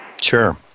Sure